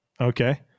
Okay